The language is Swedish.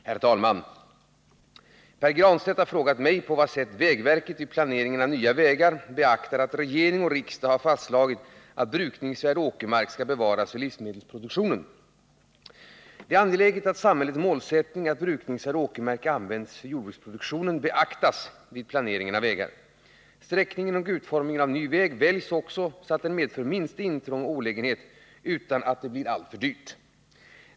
Herr talman! Pär Granstedt har frågat mig på vad sätt vägverket vid planeringen av nya vägar beaktar att ”regering och riksdag har fastslagit att brukningsvärd åkermark skall bevaras för livsmedelsproduktion”. Det är angeläget att samhällets målsättning att brukningsvärd åkermark används för jordbruksproduktion beaktas vid planeringen av vägar. Sträckningen och utformningen av en ny väg väljs också så att den medför minsta intrång och olägenhet utan att oskäliga kostnader uppstår.